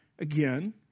Again